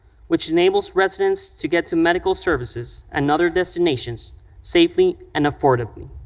which enables residents to get to medical services and other destinations safely and affordably.